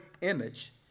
image